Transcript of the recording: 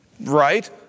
right